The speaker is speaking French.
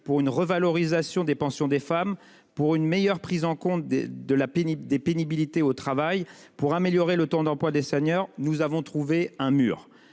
Pour une revalorisation des pensions des femmes pour une meilleure prise en compte de la pénible des pénibilité au travail pour améliorer le temps d'emploi des seniors. Nous avons trouvé un mur.